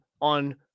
on